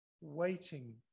waiting